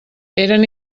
eren